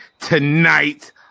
tonight